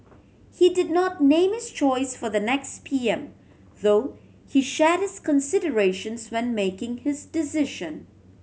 he did not name his choice for the next P M though he shared his considerations when making his decision